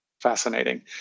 Fascinating